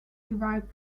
derived